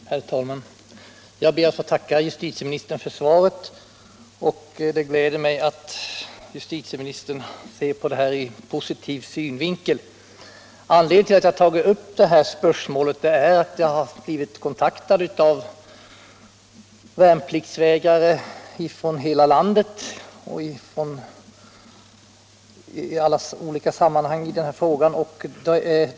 Herr talman! Jag ber att få tacka justitieministern för svaret. Det gläder mig att justitieministern ser positivt på saken. Anledningen till att jag tagit upp detta spörsmål är att jag i olika sammanhang blivit kontaktad av värnpliktsvägrare från olika delar av landet.